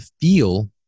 feel